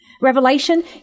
Revelation